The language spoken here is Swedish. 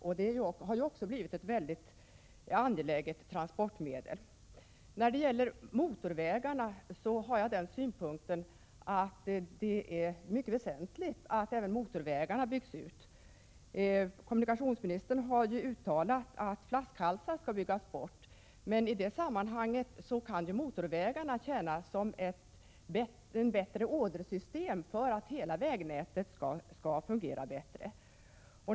Flyget har blivit ett angeläget transportmedel även regionalpolitiskt. När det gäller motorvägar har jag den synpunkten att det är mycket väsentligt att även dessa byggs ut. Kommunikationsministern har uttalat att flaskhalsar skall byggas bort, och i det sammanhanget kan motorvägarna tjäna som ett ådersystem för att hela vägnätet skall fungera bättre.